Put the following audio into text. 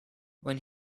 when